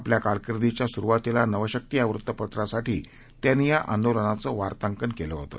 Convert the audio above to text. आपल्याकारकिर्दीच्यासुरुवातीलानवशक्तीयावृत्तपत्रासाठीत्यांनीयाआंदोलनाचंवार्तांकनकेलंहोतं